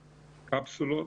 קפסולות,